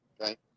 okay